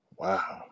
wow